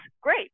great